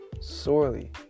sorely